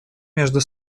между